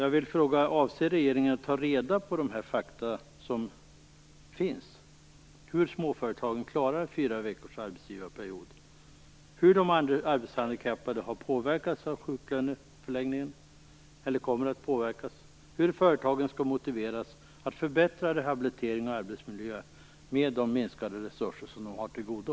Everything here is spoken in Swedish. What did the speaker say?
Avser regeringen att ta reda på de fakta som finns om hur småföretagen klarar fyra veckors arbetsgivarperiod och hur de arbetshandikappade har påverkats, eller kommer att påverkas, av sjuklöneförlängningen? Hur skall företagen motiveras att förbättra rehabilitering och arbetsmiljöer med de minskade resurser de har till godo?